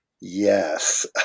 Yes